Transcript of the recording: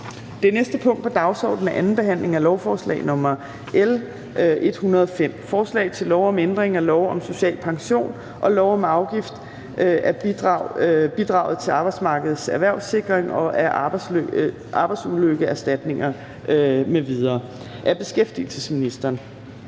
Det næste punkt på dagsordenen er: 14) 2. behandling af lovforslag nr. L 105: Forslag til lov om ændring af lov om social pension og lov om afgift af bidraget til Arbejdsmarkedets Erhvervssikring og af arbejdsulykkeserstatninger m.v. (Regulering